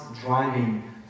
driving